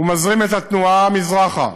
הוא מזרים את התנועה מזרחה,